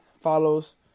follows